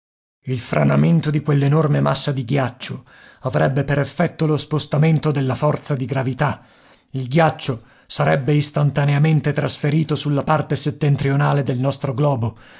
il franamento di quell'enorme massa di ghiaccio avrebbe per effetto lo spostamento della forza di gravità il ghiaccio sarebbe istantaneamente trasferito sulla parte settentrionale del nostro globo